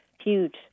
huge